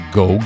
go